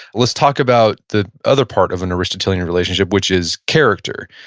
let's talk about the other part of an aristotelian relationship, which is character.